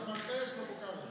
זה טוב, אנחנו באנו לשמוע.